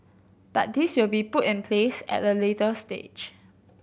but these will be put in place at a later stage